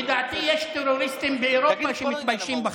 לדעתי, יש טרוריסטים באירופה שמתביישים בכם.